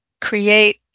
create